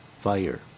fire